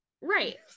Right